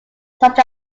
such